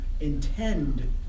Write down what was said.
intend